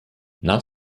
nach